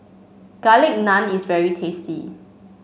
Garlic Naan is very tasty